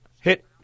hit